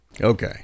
Okay